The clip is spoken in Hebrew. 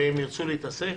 והם ירצו להתעסק